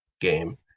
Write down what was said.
game